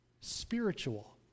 spiritual